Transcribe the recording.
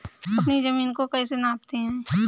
अपनी जमीन को कैसे नापते हैं?